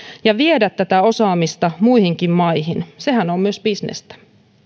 ja viedä tätä osaamista muihinkin maihin sehän on myös bisnestä